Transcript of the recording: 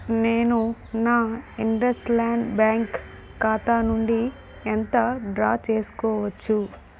నేను నా IndusInd bank ఖాతా నుండి ఎంత డ్రా చేసుకోవచ్చు